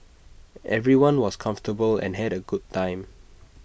everyone was comfortable and had A good time